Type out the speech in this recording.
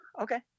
Okay